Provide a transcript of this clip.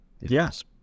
Yes